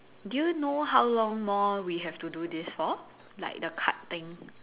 do you know how long more we have to do this for like the card thing